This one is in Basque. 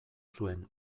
zuen